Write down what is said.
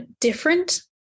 different